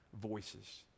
Voices